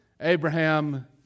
Abraham